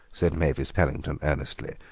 said mavis pellington earnestly,